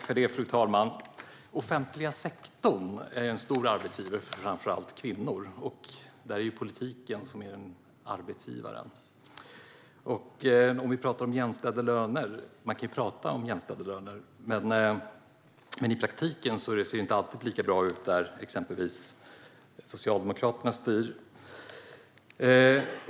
Fru talman! Den offentliga sektorn är en stor arbetsgivare för framför allt kvinnor, och där är det politiken som är arbetsgivaren. Man kan ju prata om jämställda löner, men i praktiken ser det inte alltid lika bra ut där exempelvis Socialdemokraterna styr.